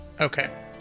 Okay